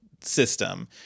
system